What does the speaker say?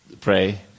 pray